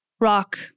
rock